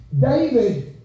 David